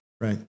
Right